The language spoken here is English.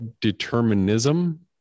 determinism